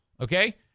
Okay